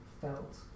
felt